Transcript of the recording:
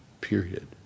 period